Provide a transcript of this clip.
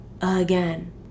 again